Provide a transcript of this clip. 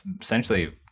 essentially